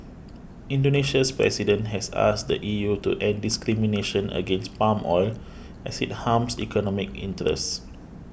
Indonesia's President has asked the E U to end discrimination against palm oil as it harms economic interests